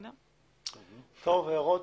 הערות.